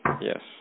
Yes